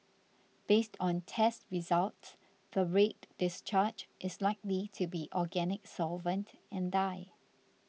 based on test results the red discharge is likely to be organic solvent and dye